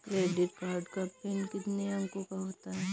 Credit card का PIN कितने अंकों का होता है?